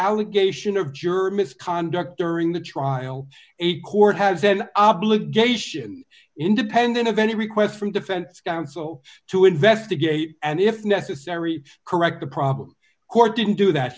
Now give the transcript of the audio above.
allegation of juror misconduct during the trial a court has an obligation independent of any requests from defense counsel to investigate and if necessary correct the problem court didn't do that